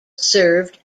served